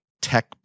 tech